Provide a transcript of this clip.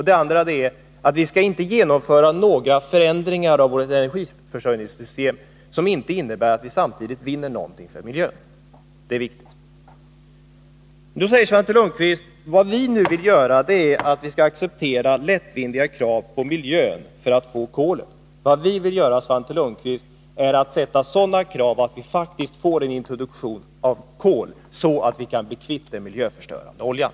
Den andra utgångspunkten är att vi inte skall genomföra några förändringar i vårt energiförsörjningssystem vilka inte innebär att vi samtidigt vinner något för miljön. Svante Lundkvist säger nu att vi vill att endast lättvindiga miljökrav skall ställas, för att kolet skall kunna införas. Vad vi vill göra, Svante Lundkvist, är att sätta upp sådana krav att det sker en introduktion av kol, så att vi kan bli j kvitt den miljöförstörande oljan.